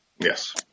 Yes